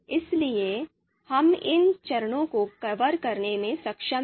इसलिए हम इन चरणों को कवर करने में सक्षम हैं